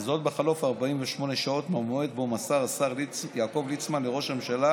וזאת בחלוף 48 שעות מהמועד שבו מסר השר יעקב ליצמן לראש הממשלה